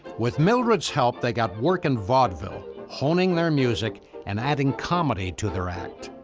with mildred's help, they got work in vaudeville, honing their music and adding comedy to their act.